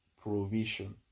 provision